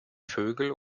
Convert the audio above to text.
vögel